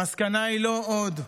המסקנה היא: לא עוד.